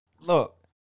Look